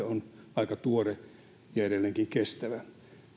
on aika tuore ja edelleenkin kestävä